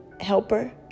helper